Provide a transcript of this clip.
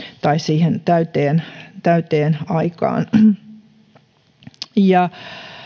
tai siihen täyteen täyteen aikaan